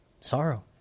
Sorrow